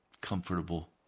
comfortable